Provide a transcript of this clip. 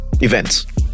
events